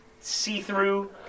see-through